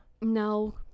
No